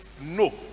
no